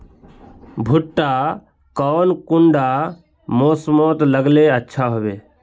भुट्टा कौन कुंडा मोसमोत लगले अच्छा होबे?